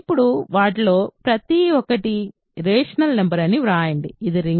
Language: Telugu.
ఇప్పుడు వాటిలో ప్రతి ఒక్కటి రేషనల్ నంబర్ అని వ్రాయండి ఇది రింగా